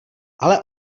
ale